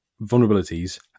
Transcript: vulnerabilities